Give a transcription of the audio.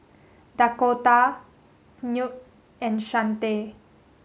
Dakotah Knute and Shante